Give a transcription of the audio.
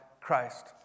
Christ